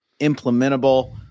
implementable